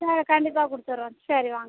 sir கண்டிப்பாக கொடுத்துடுறோம் சரி வாங்க